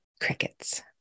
crickets